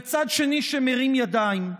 וצד שני שמרים ידיים.